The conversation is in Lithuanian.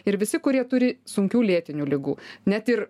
ir visi kurie turi sunkių lėtinių ligų net ir